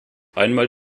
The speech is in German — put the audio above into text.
einmal